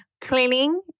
cleaning